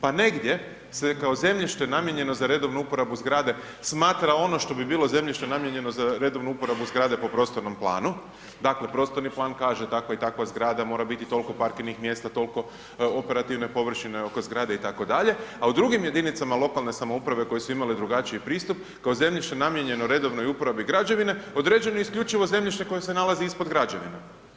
Pa negdje se kao zemljište namijenjeno za redovnu uporabu zgrade smatrao ono što bi bilo zemljište namijenjeno za redovnu uporabu zgrade po prostornom planu, dakle prostorni plan kaže takva i takva zgrada mora biti toliko parkirnih mjesta, toliko operativne površine oko zgrade itd., a u drugim jedinicama lokalne samouprave koje su imale drugačiji pristup kao zemljište namijenjeno redovnoj uporabi građevine, određeno je isključivo zemljište koje se nalazi ispod građevine.